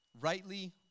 rightly